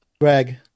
Greg